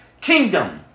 kingdom